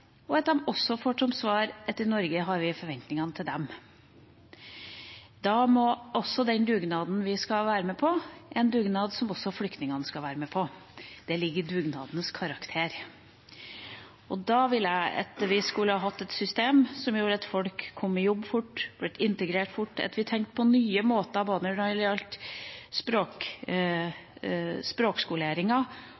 og de må også få som svar at i Norge har vi forventninger til dem. Da må den dugnaden vi skal være med på, være en dugnad som også flyktningene skal være med på. Det ligger i dugnadens karakter. Og da skulle vi hatt et system som gjorde at folk kom i jobb fort, ble integrert fort, at vi tenkte nytt, både når det gjaldt språkskolering, og når det gjaldt